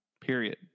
period